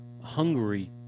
Hungary